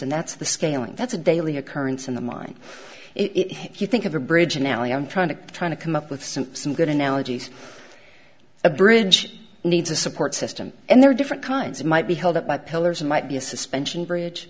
and that's the scaling that's a daily occurrence in the mind it if you think of a bridge now i am trying to trying to come up with some some good analogies a bridge needs a support system and there are different kinds might be held up by pillars and might be a suspension bridge